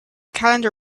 calendar